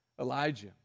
Elijah